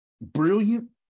brilliant